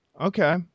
Okay